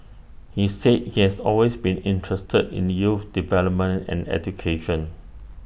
he said he has always been interested in youth development and education